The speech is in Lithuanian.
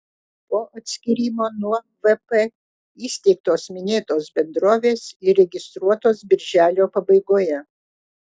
po atskyrimo nuo vp įsteigtos minėtos bendrovės įregistruotos birželio pabaigoje